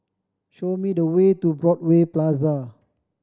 show me the way to Broadway Plaza